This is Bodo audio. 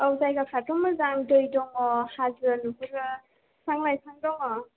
औ जायगाफ्राथ' मोजां दै दङ हाजो नुहुरगोन बिफां लाइफां दङ